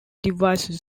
devices